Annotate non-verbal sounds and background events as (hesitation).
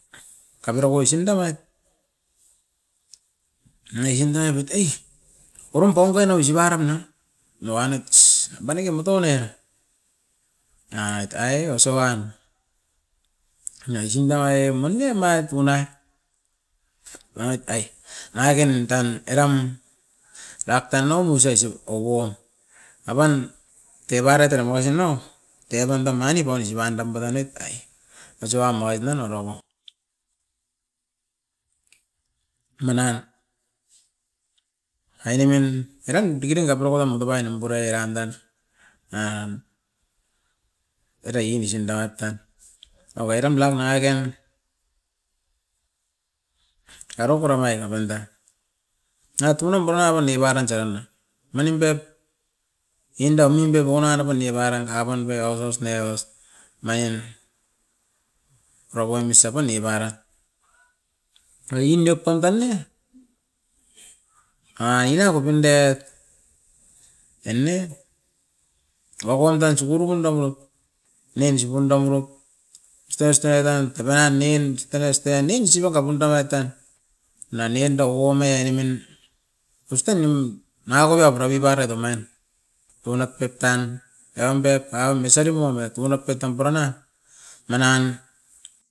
Kapirop oisin damait mane isin da mait ai, porom paun kain ausipan nabat na, noanit (hesitation) baniki motou nen ait ai osowan, nais indai manowe omai tunai manit ai. Nangakain tan eram raktan nougu sesip oboam, avan tebaret dera makasi inno teotan dan omaini paun isipan tam paranoit ai, osapan omait nanga ropo manan, ainemin eran bikiding aborok a motopai eran purai eran dan, nan era ingis indangat tan au oiram lam nanga kain, ero kuram ai kapundan. Natunom bora abana tsiam, manim pep inda mim bep aunara paniobaram apaum pe aus aus neo aus, omain pura paum isa pan ibarat era iniop pandan ne, nanga era kopindet an nei kokoam tan tsuguru komdan no nen sipun dam oirot oste oste dan topaian iin osten oste io nin osipaka pum tanoit tan. Nani anda koume ainemin ostan nim nangakoi apura piparait e omain. Ounat pep tan, eram pep au mesaripu amet wanat pep tam puran na, manan.